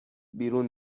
بیرون